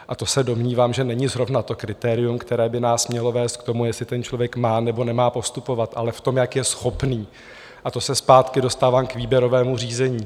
A to se domnívám, že není zrovna kritérium, které by nás mělo vést k tomu, jestli ten člověk má, nebo nemá postupovat, ale v tom, jak je schopný, a to se zpátky dostávám k výběrovému řízení.